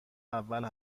اول